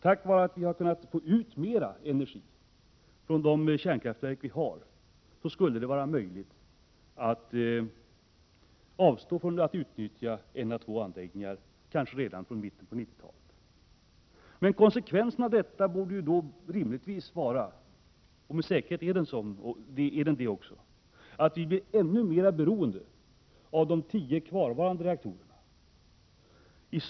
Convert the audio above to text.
Tack vare att vi har kunnat få ut mer energi än planerat från de kärnkraftverk vi har kunde det vara möjligt att avstå från att utnyttja en å två reaktorer redan från mitten av 1990-talet. Konsekvensen härav blir emellertid att vi blir ännu mer beroende av de tio kvarvarande reaktorerna.